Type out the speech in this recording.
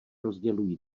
rozdělují